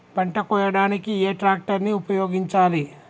పంట కోయడానికి ఏ ట్రాక్టర్ ని ఉపయోగించాలి?